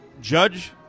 judge